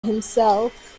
himself